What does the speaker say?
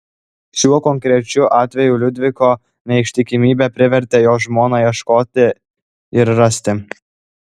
šiuo konkrečiu atveju liudviko neištikimybė privertė jo žmoną ieškoti ir rasti